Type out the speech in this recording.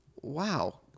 Wow